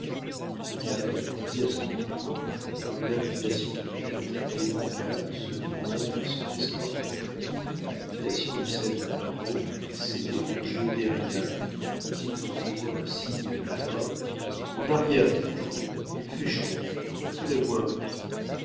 répondit à ce compliment par une inclination de tête et montcalm se tournant vers son escorte qui à l'imitation de celle de munro s'était rangée derrière lui dit en faisant un signe de la main en arrière mes enfants il fait chaud retirez-vous un peu